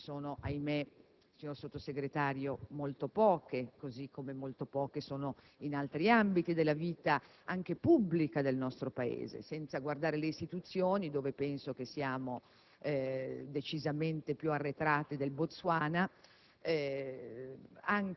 Le dirigenti, onorevole Sottosegretario, sono ahimé molto poche, così come molto poche sono le donne in altri ambiti dalla vita anche pubblica del nostro Paese. Senza guardare alle istituzioni, dove penso che siamo decisamente più arretrati del Botswana,